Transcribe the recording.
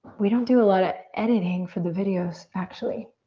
we don't do a lot of editing for the videos actually.